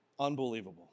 Unbelievable